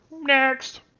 Next